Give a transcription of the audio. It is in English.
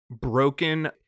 broken